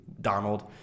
Donald